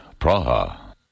Praha